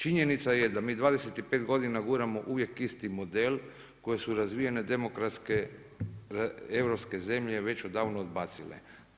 Činjenica je da mi 25 godina guramo uvijek isti model koji su razvijene demografske europske zemlje već odavno odbacile.